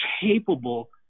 capable